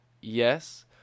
yes